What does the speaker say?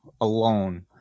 alone